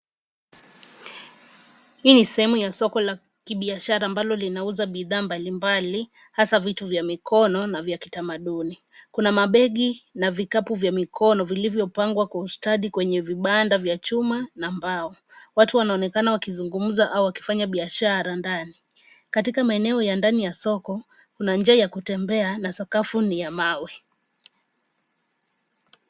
Hii ni sehemu ya solo la kibishiara ambalo linauza bidhaa mbalimbali hasa vitu vya mikono, na vya kitamaduni kuna mabegi na vikapu vya mikono vilivyopangwa kwa ustadi kwenye vibanda vya chuma na mbao watu wanaonekana wakizungumza au wakifanya biashara ndani, katika maeneo ya ndani ya soko, kuna njia ya kutembea na sakafu ni ya mawe.